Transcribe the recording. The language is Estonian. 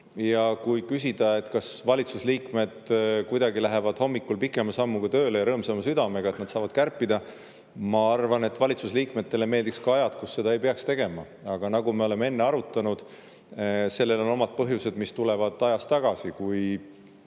Ja kui küsida, kas valitsuse liikmed kuidagi lähevad hommikul pikema sammu ja rõõmsama südamega tööle, sest nad saavad kärpida, siis ma arvan, et valitsuse liikmetele meeldiks ka ajad, kui seda ei peaks tegema. Aga nagu me oleme enne arutanud, on sellel omad põhjused, mis tulevad [varasemast] ajast. Kui